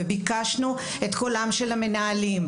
וביקשנו את קולם של המנהלים.